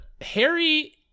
Harry